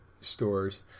stores